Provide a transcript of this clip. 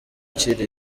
ukiri